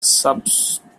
substrate